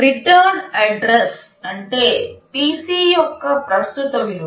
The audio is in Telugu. రిటర్న్ అడ్రస్ అంటే PC యొక్క ప్రస్తుత విలువ